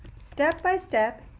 step-by-step